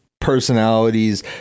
personalities